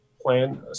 plan